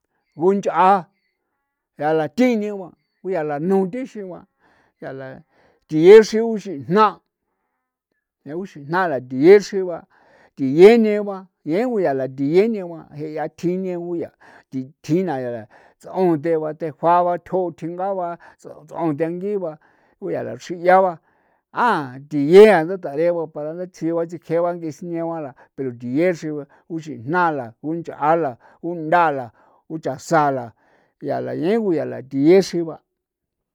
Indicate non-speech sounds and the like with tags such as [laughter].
Gunch'a [noise] yaa la thini guan [noise] guyaa la nuu thixin gua [noise] yaa la thiye xri uxijna' [noise] uxijnala thiye xri ba, thiye neba ñegu ya la, thiye negua je'ya thji ne guya, thi tjina yaa ts'on the ba tejua ba tjo thenga ba, ts'on thiangi ba guyaa la xri ya ba, am thiyea ntha tare ba para ndatsi ba sikjee ba ng'i sine ba la pero thiye xri ba uxijna la, kunch'a la, kuntha la, kuchasan la, yaa la ñegu yaa la thiye xri ba.